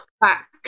back